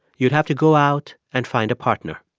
you'd have to go out and find a partner.